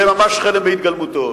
זה ממש חלם בהתגלמותו.